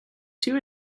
two